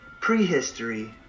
prehistory